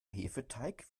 hefeteig